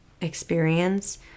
experience